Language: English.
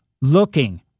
looking